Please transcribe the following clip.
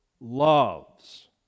loves